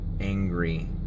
angry